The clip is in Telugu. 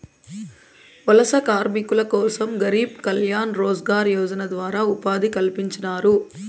వలస కార్మికుల కోసం గరీబ్ కళ్యాణ్ రోజ్గార్ యోజన ద్వారా ఉపాధి కల్పించినారు